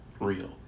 real